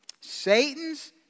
Satan's